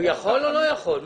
הוא יכול או לא יכול?